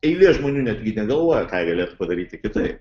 eilė žmonių netgi negalvoja ką galėtų padaryti kitaip